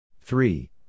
Three